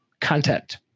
content